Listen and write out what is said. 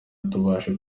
tubashe